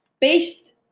Based